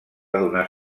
donar